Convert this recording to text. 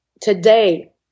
today